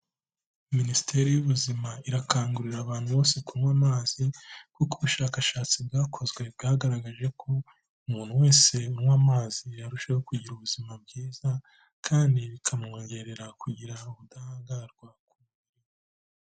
Minisiteri y'Ubuzima irakangurira abantu bose kunywa amazi kuko ubushakashatsi bwakozwe, bwagaragaje ko umuntu wese unywa amazi arushaho kugira ubuzima bwiza kandi bikamwongerera kugira ubudahangarwa.